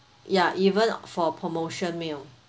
ya even for a promotion meal